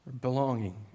Belonging